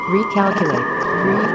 Recalculate